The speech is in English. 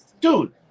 Dude